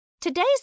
Today's